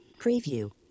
Preview